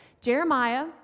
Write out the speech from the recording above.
Jeremiah